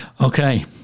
okay